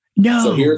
No